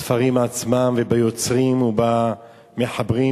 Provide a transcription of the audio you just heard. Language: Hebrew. בספרים עצמם וביוצרים או במחברים.